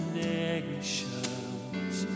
nations